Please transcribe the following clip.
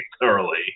thoroughly